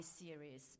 series